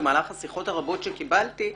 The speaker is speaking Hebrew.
במהלך השיחות הרבות שקיבלתי,